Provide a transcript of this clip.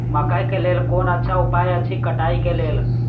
मकैय के लेल कोन अच्छा उपाय अछि कटाई के लेल?